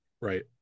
Right